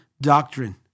doctrine